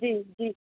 जी जी